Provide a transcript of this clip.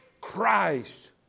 Christ